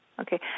Okay